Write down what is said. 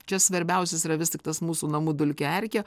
čia svarbiausias yra vis tik tas mūsų namų dulkių erkė